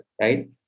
right